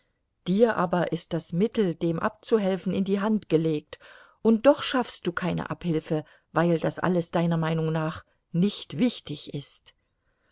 dir aber ist das mittel dem abzuhelfen in die hand gelegt und doch schaffst du keine abhilfe weil das alles deiner meinung nach nicht wichtig ist